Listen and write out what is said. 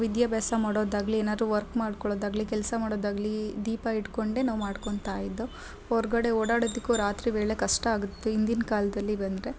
ವಿದ್ಯಾಭ್ಯಾಸ ಮಾಡೋದಾಗಲಿ ಏನಾದ್ರು ವರ್ಕ್ ಮಾಡ್ಕೊಳ್ಳೋದಾಗಲಿ ಕೆಲಸ ಮಾಡೋದಾಗಲಿ ದೀಪ ಇಟ್ಟುಕೊಂಡೇ ನಾವು ಮಾಡ್ಕೊತ ಇದ್ದೊ ಹೊರಗಡೆ ಓಡಾಡೋದಕ್ಕೂ ರಾತ್ರಿ ವೇಳೆ ಕಷ್ಟ ಆಗುತ್ತೆ ಹಿಂದಿನ ಕಾಲದಲ್ಲಿ ಬಂದರೆ